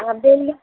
আবেলি